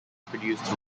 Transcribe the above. produced